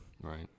Right